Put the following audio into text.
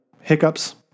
hiccups